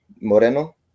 Moreno